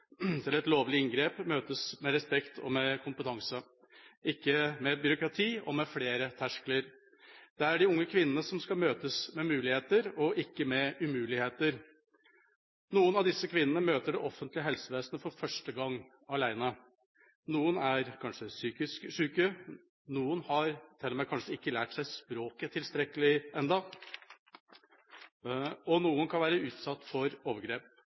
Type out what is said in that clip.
til et lovlig inngrep, møtes med respekt og kompetanse, ikke med byråkrati og flere terskler. Det er de unge kvinnene som skal møtes med muligheter og ikke umuligheter. Noen av disse kvinnene møter det offentlige helsevesenet for første gang alene. Noen er kanskje psykisk syke, noen har til og med kanskje ikke lært seg språket tilstrekkelig enda, og noen kan ha vært utsatt for overgrep.